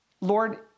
Lord